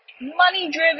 money-driven